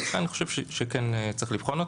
לכן אני חשוב שכן צריך לבחון אותו,